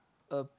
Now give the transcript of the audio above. a